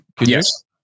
Yes